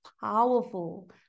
powerful